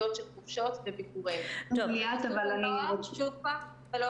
שלא נדבר על חג הפסח, לא רואים את